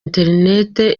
internet